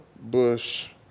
Bush